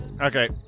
Okay